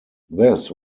this